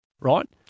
right